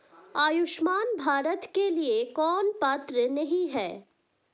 आयुष्मान भारत के लिए कौन पात्र नहीं है?